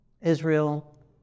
Israel